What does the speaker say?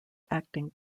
acting